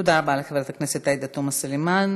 תודה רבה לחברת הכנסת עאידה תומא סלימאן.